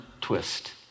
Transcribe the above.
twist